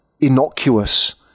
innocuous